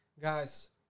Guys